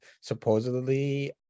supposedly